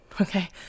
Okay